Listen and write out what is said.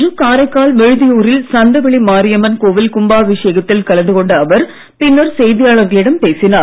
இன்று காரைக்கால் விழுதியூரில் சந்தவெளி மாரியம்மன் கோவில் கும்பாபிஷேகத்தில் கலந்து கொண்ட அவர் பின்னர் செய்தியாளர்களிடம் பேசினார்